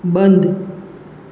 બંધ